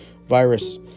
virus